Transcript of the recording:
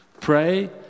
Pray